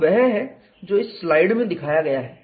तो वह है जो इस स्लाइड में दिखाया गया है